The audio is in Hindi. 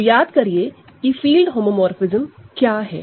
तो याद करिए कि फील्ड होमोमोरफ़िज्म क्या है